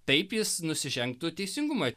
taip jis nusižengtų teisingumui